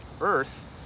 earth